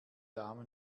dame